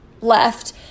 left